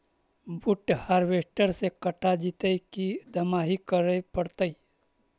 बुट हारबेसटर से कटा जितै कि दमाहि करे पडतै?